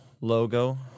logo